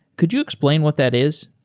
could you explain what that is?